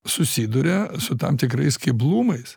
susiduria su tam tikrais keblumais